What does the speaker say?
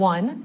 One